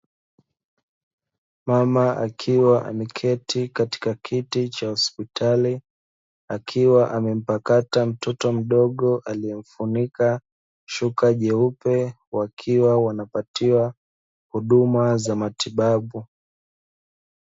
Mama akiwa ameketi katika kiti cha hospitali, akiwa amempakata mtoto mdogo, amemfunika shuka jeupe, wakiwa wanapatiwa huduma za matibabu.